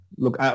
Look